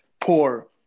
poor